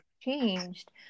changed